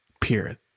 period